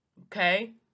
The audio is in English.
okay